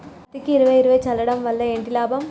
పత్తికి ఇరవై ఇరవై చల్లడం వల్ల ఏంటి లాభం?